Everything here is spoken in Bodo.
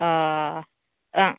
अ ओं